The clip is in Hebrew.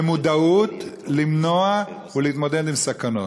ומודעות למנוע ולהתמודד עם סכנות.